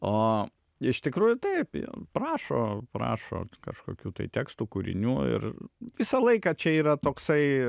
o iš tikrųjų taip prašo prašo kažkokių tai tekstų kūrinių ir visą laiką čia yra toksai